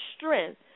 strength